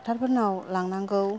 डक्टरफोरनाव लांनांगौ